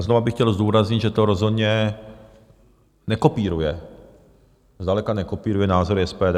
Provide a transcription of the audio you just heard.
Znovu bych chtěl zdůraznit, že to rozhodně nekopíruje, zdaleka nekopíruje, názory SPD.